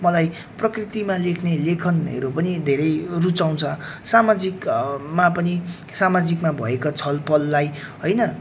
मलाई प्रकृतिमा लेख्ने लेखनहरू पनि धेरै रुचाउँछ सामाजिकमा पनि सामाजिकमा भएको छल पललाई होइन